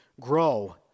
grow